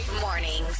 Mornings